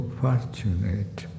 fortunate